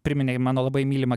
priminei mano labai mylimą